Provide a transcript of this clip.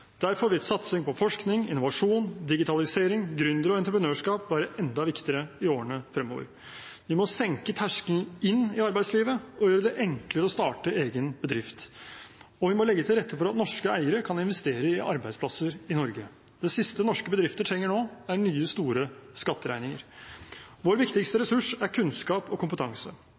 Derfor vil satsing på forskning, innovasjon, digitalisering og gründer- og entreprenørskap være enda viktigere i årene fremover. Vi må senke terskelen inn i arbeidslivet og gjøre det enklere å starte egen bedrift, og vi må legge til rette for at norske eiere kan investere i arbeidsplasser i Norge. Det siste norske bedrifter trenger nå, er nye store skatteregninger. Vår viktigste ressurs er kunnskap og kompetanse.